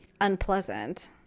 unpleasant